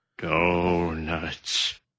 Donuts